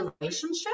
relationship